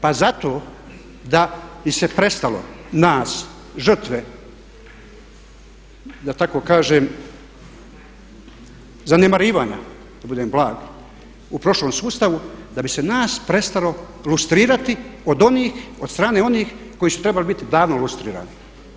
Pa zato da bi se prestalo nas žrtve da tako kažem zanemarivanja da budem blag u prošlom sustavu da bi se nas prestalo lustrirati od strane onih koji su trebali biti davno lustrirani.